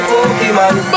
Pokemon